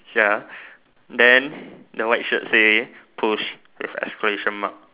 ya then the white shirt say push with exclamation mark